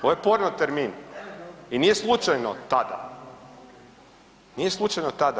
Ovo je porno termin i nije slučajno tada, nije slučajno tada.